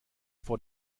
vor